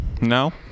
No